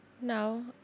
No